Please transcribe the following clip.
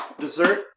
dessert